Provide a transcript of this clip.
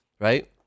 right